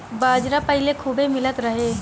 बाजरा पहिले खूबे मिलत रहे